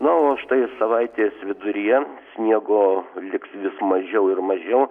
na o štai savaitės viduryje sniego liks vis mažiau ir mažiau